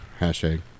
Hashtag